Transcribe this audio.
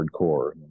hardcore